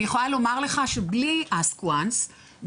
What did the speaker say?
אני יכולה לומר לך שבלי Ask Once בתשפ"ג